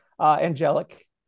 angelic